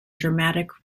dramatic